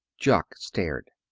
jock stared.